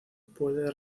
puede